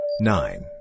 nine